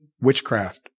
witchcraft